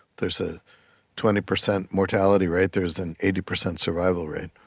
there's a twenty percent mortality rate, there is an eighty percent survival rate.